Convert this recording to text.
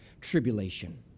tribulation